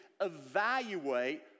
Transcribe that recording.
evaluate